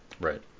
right